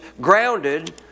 grounded